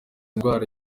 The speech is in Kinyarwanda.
ndwara